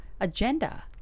agenda